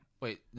Wait